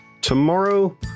Tomorrow